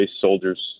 Soldiers